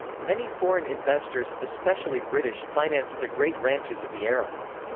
many foreign investors, especially british, financed the great ranches of the era.